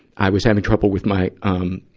i was having trouble with my, um,